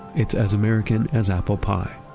it's as american as apple pie.